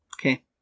Okay